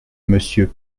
monsieur